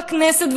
בכנסת,